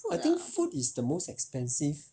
I think food is the most expensive